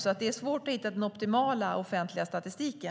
Det är alltså svårt att hitta den optimala officiella statistiken.